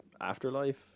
afterlife